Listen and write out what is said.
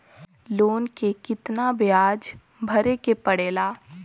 Loan के कितना ब्याज भरे के पड़े ला?